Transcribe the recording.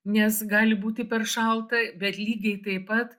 nes gali būti per šalta bet lygiai taip pat